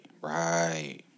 Right